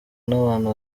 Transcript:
n’abantu